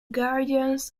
guardians